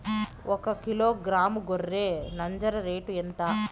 ఒకకిలో గ్రాము గొర్రె నంజర రేటు ఎంత?